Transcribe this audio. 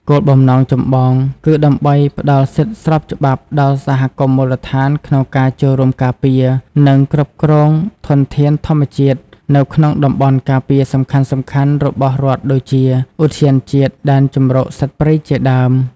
គោលបំណងចម្បង គឺដើម្បីផ្ដល់សិទ្ធិស្របច្បាប់ដល់សហគមន៍មូលដ្ឋានក្នុងការចូលរួមការពារ និងគ្រប់គ្រងធនធានធម្មជាតិនៅក្នុងតំបន់ការពារសំខាន់ៗរបស់រដ្ឋដូចជា ឧទ្យានជាតិ ដែនជម្រកសត្វព្រៃជាដើម។